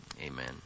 Amen